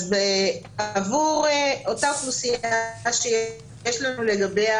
אז עבור אותה אוכלוסייה שיש לנו לגביה